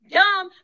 dumb